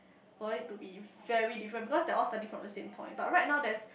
for it to be very different because they all starting from the same point but right now there's